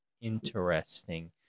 Interesting